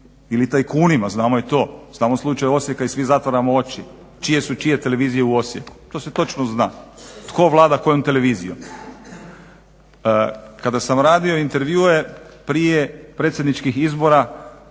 ili tajkunima znamo i to. znamo slučaj Osijeka i svi zatvaramo oči. Čije su čije televizije u Osijeku. To se točno zna tko vlada kojom televizijom. Kada sam radio intervjue prije predsjedničkih izbora